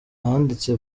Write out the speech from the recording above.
ahanditse